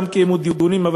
גם שם קיימו דיונים,